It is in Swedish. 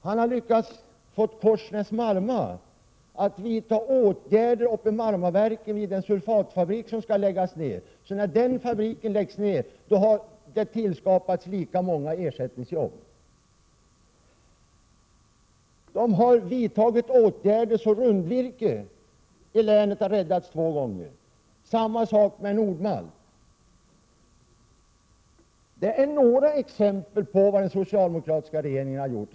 Han har lyckats få Korsnäs Marma att vidta åtgärder uppe i Marmaverken vid den sulfatfabrik som skall läggas ned, så att det, när den fabriken läggs ned, har tillskapats lika många ersättningsjobb. Åtgärder har vidtagits så att Rundvirke i länet har räddats två gånger — samma sak med Nord-Malt. Detta är några exempel på vad den socialdemokratiska regeringen har gjort.